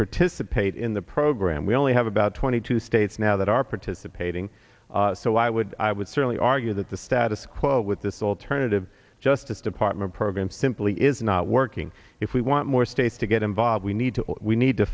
partizan pate in the program we only have about twenty two states now that are participating so i would i would certainly argue that the status quo with this alternative justice department program simply is not working if we want more states to get involved we need to we need to